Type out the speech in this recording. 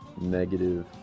negative